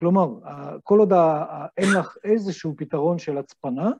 כלומר, כל עוד אין לך איזשהו פתרון של הצפנה,